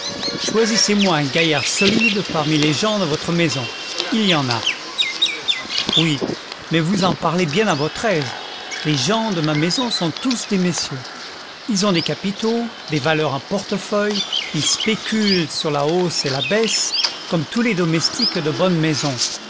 choisissez moi un gaillard solide parmi les gens de votre maison il y en a oui mais vous en parlez bien à votre aise les gens de ma maison sont tous des messieurs ils ont des capitaux des valeurs en portefeuille ils spéculent sur la hausse et la baisse comme tous les domestiques de bonne maison